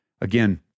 again